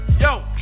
Yo